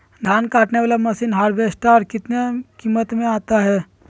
धान कटने बाला मसीन हार्बेस्टार कितना किमत में आता है?